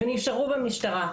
ונשארו במשטרה.